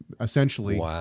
essentially